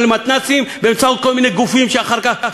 למתנ"סים ובאמצעות כל מיני גופים שאחר כך,